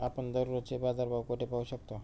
आपण दररोजचे बाजारभाव कोठे पाहू शकतो?